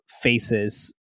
faces